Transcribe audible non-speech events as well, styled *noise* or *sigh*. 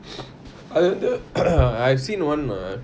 *noise* u~ *noise* I've seen one err